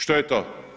Što je to?